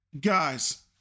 Guys